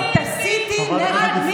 תודה, תודה.